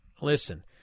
Listen